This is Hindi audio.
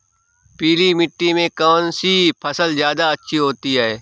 पीली मिट्टी में कौन सी फसल ज्यादा अच्छी होती है?